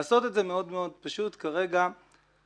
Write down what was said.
לעשות את זה מאוד פשוט כרגע לתנועה